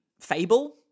fable